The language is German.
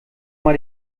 mal